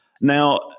Now